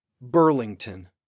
Burlington